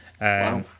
Wow